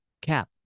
Cap